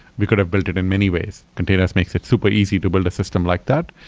we could have built it in many ways. containers makes it super easy to build a system like that,